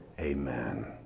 amen